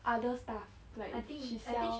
other stuff like she sell